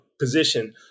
position